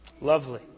Lovely